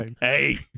Hey